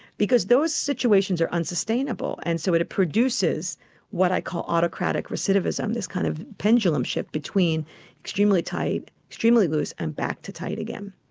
because those situations are unsustainable, and so it produces what i call autocratic recidivism, this kind of pendulum shift between extremely tight, extremely loose, and back to tight again.